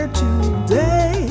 today